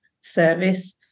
service